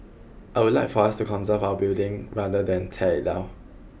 I would like for us to conserve our buildings rather than tear it down